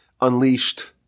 unleashed